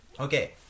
Okay